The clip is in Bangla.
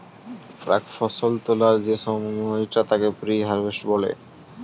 প্রাক্ ফসল তোলার যে সময়টা তাকে প্রি হারভেস্ট বলে